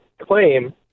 claim